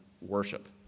worship